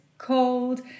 cold